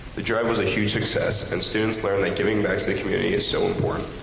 the drive was a huge success and students learned that giving back to the community is so important.